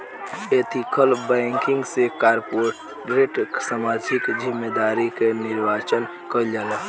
ethical banking से corporate सामाजिक जिम्मेदारी के निर्वाचन कईल जाला